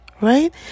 right